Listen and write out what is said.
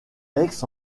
aix